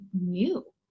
new